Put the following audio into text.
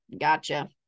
Gotcha